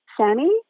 SAMI